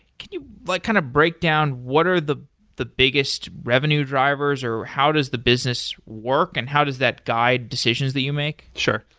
can you like kind of break down what are the the biggest revenue drivers or how does the business work and how does that guide decisions that you make? sure.